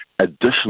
additional